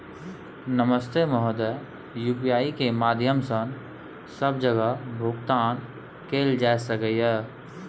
नमस्ते महोदय, यु.पी.आई के माध्यम सं सब जगह भुगतान कैल जाए सकल ये?